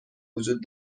وجود